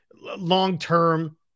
long-term